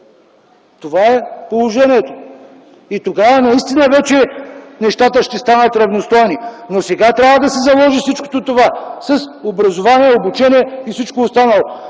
Това е положението. И тогава наистина нещата ще станат равностойни. Но сега трябва да се заложи образование, обучение и всичко останало.